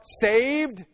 saved